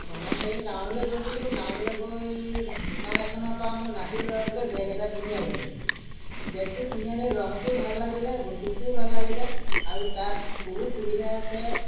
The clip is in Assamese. অঁ মই কালি টাউনলৈ গৈছিলোঁ টাউনলৈ গৈ দোকান এখনৰ পৰা মোৰ নাতি ল'ৰাটোলৈ বেগ এটা কিনি আনিলোঁ বেগটো কিনি আনি ৰংটোও ভাল লাগিলে বস্তুটোও ভাল লাগিলে আৰু তাত বহুত সুবিধা আছে